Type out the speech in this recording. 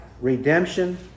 redemption